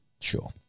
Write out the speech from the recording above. sure